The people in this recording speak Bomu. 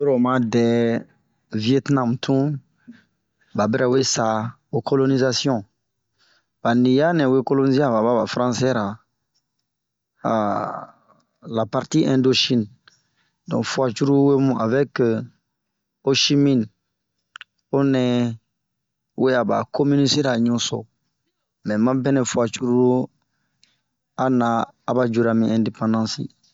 Oyi lo'o ma dɛ Vietinamu tun, ba barawe saa ho kolonizasiɔn, ba ni yaa nɛ wo kolonizia a ba aba faransɛra. Ahh la parti ɛndosine ,donke fuoa cururu wobini avɛke osimine honɛ we'aba kominisi ra ɲusso. Mɛɛ mabɛnɛ fuoa cururru ba wo ana aba yu mi ɛndepandansi.